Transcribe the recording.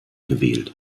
gewählt